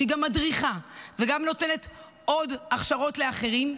שהיא גם מדריכה וגם נותנת עוד הכשרות לאחרים,